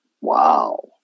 Wow